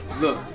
Look